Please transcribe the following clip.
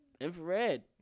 infrared